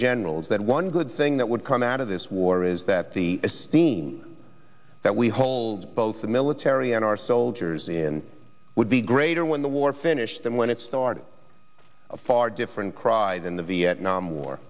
generals that one good thing that would come out of this war is that the esteem that we hold both the military and our soldiers in would be greater when the war finished than when it started a far different cry than the vietnam war